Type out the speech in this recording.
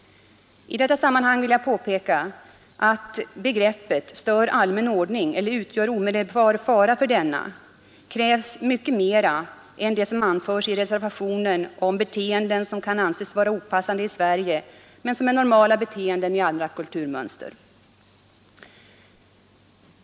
I detta sammanhang vill jag betona att begreppet ”stör allmän ordning eller utgör omedelbar fara för denna” kräver mycket mera än det som anförs i reservationen om beteenden som kan anses vara op Sverige men som är normala beteenden i andra kulturmönster.